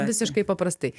visiškai paprastai